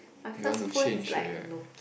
you want to change already right